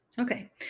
Okay